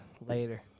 later